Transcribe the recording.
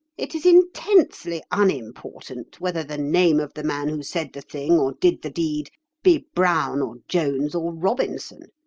it is intensely unimportant whether the name of the man who said the thing or did the deed be brown or jones or robinson.